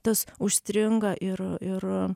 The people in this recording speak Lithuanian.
tas užstringa ir ir